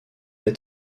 est